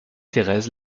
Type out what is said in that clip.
thérèse